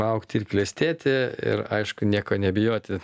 augti ir klestėti ir aišku nieko nebijoti